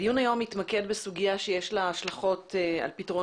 הדיון היום יתמקד בסוגיה שיש לה השלכות על פתרון